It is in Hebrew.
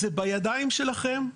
זה בידיים שלכם,